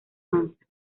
mansa